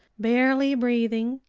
barely breathing,